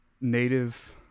native